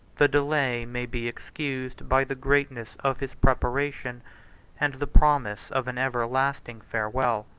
the delay may be excused by the greatness of his preparation and the promise of an everlasting farewell.